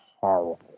Horrible